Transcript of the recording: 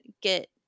get